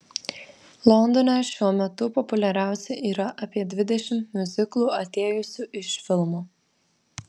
londone šiuo metu populiariausi yra apie dvidešimt miuziklų atėjusių iš filmų